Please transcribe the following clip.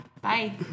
Bye